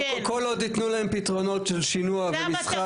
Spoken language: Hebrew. טוב, כל עוד יתנו להם פתרונות של שינוי ומשחק.